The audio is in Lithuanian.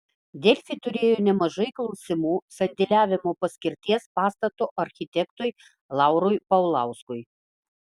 delfi turėjo nemažai klausimų sandėliavimo paskirties pastato architektui laurui paulauskui